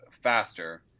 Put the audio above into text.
faster